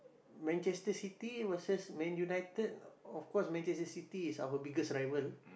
Manchester-City versus man-united of course Manchester-City is our biggest rival